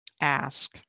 ask